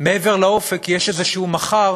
מעבר לאופק יש איזשהו מחר